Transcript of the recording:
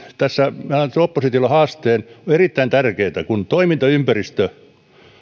tässä minä antaisin oppositiolle haasteen on erittäin tärkeätä että kun toimintaympäristö